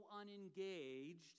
unengaged